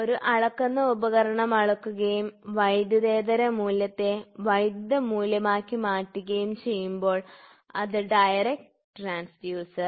ഒരു അളക്കുന്ന ഉപകരണം അളക്കുകയും വൈദ്യുതേതര മൂല്യത്തെ വൈദ്യുത മൂല്യമാക്കി മാറ്റുകയും ചെയ്യുമ്പോൾ അത് ഡയറക്റ്റ് ട്രാൻസ്ഡ്യൂസർ